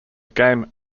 game